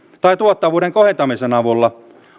tai tuottavuuden kohentamisen avulla